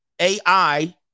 AI